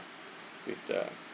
with the